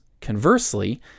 Conversely